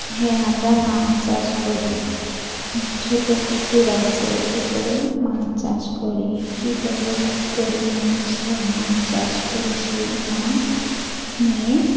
হ্যাঁ আমরা মাছ চাষ করি ছোটো পুকুর আছে পুকুরে মাছ চাষ করি কী করবো খুব গরিব মানুষ তো মাছ চাষ করে সেই মাছ নিয়ে